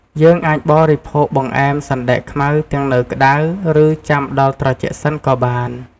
យើងអាចបរិភោគបង្អែមសណ្ដែកខ្មៅទាំងនៅក្ដៅ ឬចាំដល់ត្រជាក់សិនក៏បាន។